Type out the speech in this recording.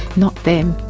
not them.